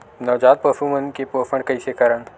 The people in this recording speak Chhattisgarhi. नवजात पशु मन के पोषण कइसे करन?